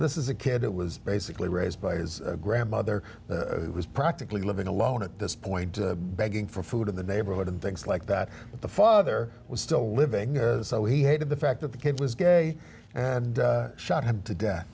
this is a kid it was basically raised by his grandmother who was practically living alone at this point begging for food in the neighborhood and things like that the father was still living so he hated the fact that the kid was gay and shot him to death